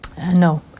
No